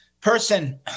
person